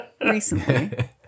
recently